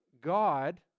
God